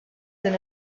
din